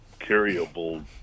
carryable